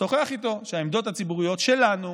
שוחח איתו שהעמדות הציבוריות שלנו,